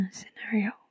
scenario